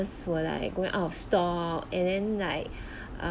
mask were like going out of stock and then like